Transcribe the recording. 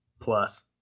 plus